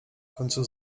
końcu